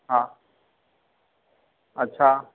हा अच्छा